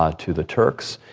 ah to the turks,